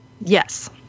Yes